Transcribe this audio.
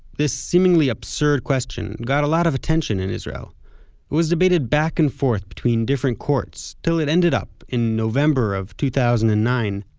this seemingly absurd question got a lot of attention in israel. it was debated back and forth between different courts, till it ended up, in november of two thousand and nine,